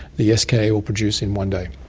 the ska will produce in one day.